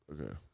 Okay